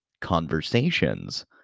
Conversations